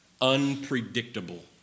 Unpredictable